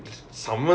okay